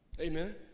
Amen